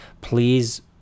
please